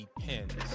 depends